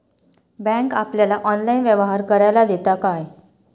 Bank आपल्याला online व्यवहार करायला देता काय?